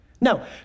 No